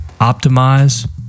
Optimize